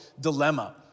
Dilemma